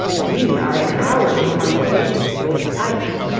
we are in hourly consultation with ike.